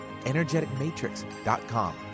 energeticmatrix.com